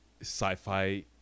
sci-fi